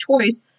choice